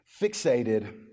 fixated